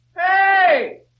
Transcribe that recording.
Hey